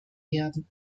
werden